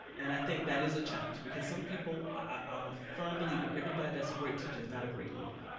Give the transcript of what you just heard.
and i think that is a challenge because some people, i'm a firm believer, everybody that's a great teacher is not a great leader,